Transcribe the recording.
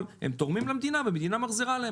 הם תורמים למדינה והמדינה מחזירה להם,